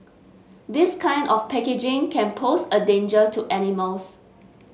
this kind of packaging can pose a danger to animals